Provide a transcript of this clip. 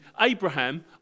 Abraham